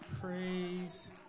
Praise